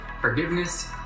forgiveness